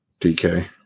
DK